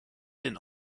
den